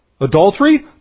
Adultery